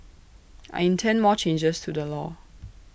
I intend more changes to the law